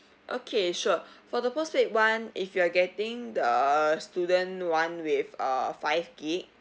okay sure for the postpaid [one] if you are getting the student [one] with a five gig